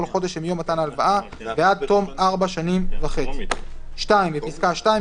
חודש שמיום מתן ההלוואה ועד תום ארבע שנים וחצי"; (2)בפסקה (2),